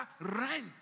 rent